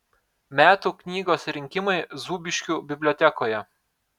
metų knygos rinkimai zūbiškių bibliotekoje